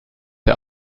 der